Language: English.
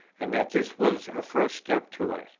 and that this was a first step to it.